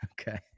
Okay